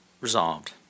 resolved